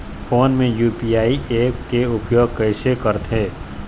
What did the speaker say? Phone मे UPI app के उपयोग कइसे करथे?